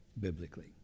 biblically